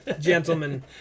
gentlemen